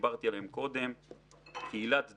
קהילת דרושים,